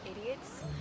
idiots